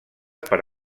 per